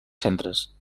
centres